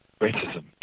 racism